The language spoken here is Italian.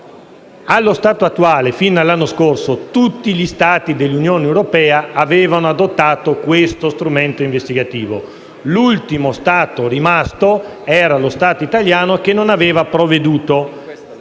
Allo stato attuale, fin dall'anno scorso, tutti gli Stati dell'Unione europea avevano adottato questo strumento investigativo; l'ultimo rimasto era lo Stato italiano, che non aveva provveduto.